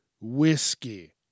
whiskey